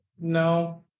No